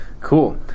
Cool